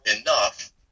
enough